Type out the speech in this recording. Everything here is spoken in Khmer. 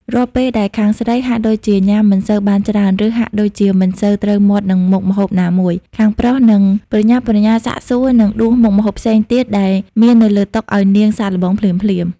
រាល់ពេលដែលខាងស្រីហាក់ដូចជាញ៉ាំមិនសូវបានច្រើន ឬហាក់ដូចជាមិនសូវត្រូវមាត់នឹងមុខម្ហូបណាមួយ ខាងប្រុសនឹងប្រញាប់ប្រញាល់សាកសួរ និងដួសមុខម្ហូបផ្សេងទៀតដែលមាននៅលើតុឱ្យនាងសាកល្បងភ្លាមៗ។